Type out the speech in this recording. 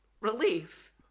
relief